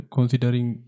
Considering